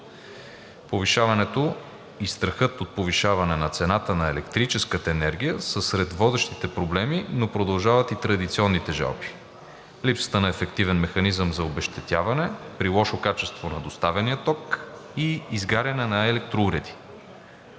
Повишаването и страхът от повишаване на цената на електрическата енергия са сред водещите проблеми, но продължават и традиционните жалби – липсата на ефективен механизъм за обезщетяване при лошо качество на доставения ток и изгаряне на електроуреди.